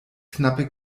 knappe